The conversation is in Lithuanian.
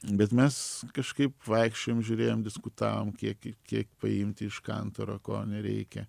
bet mes kažkaip vaikščiojom žiūrėjom diskutavom kiek kiek paimti iš kantaro ko nereikia